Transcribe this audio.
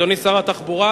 אדוני שר התחבורה,